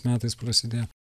metais prasidėjo